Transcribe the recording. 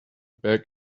back